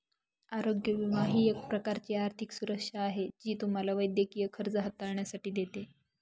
आरोग्य विमा ही एक प्रकारची आर्थिक सुरक्षा आहे जी तुम्हाला वैद्यकीय खर्च हाताळण्यासाठी असते